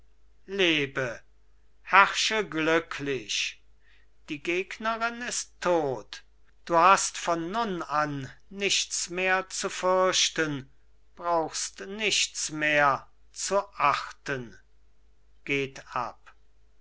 lebe herrsche glücklich die gegnerin ist tot du hast von nun an nichts mehr zu fürchten brauchst nichts mehr zu achten